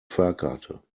fahrkarte